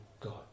God